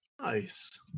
Nice